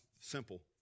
simple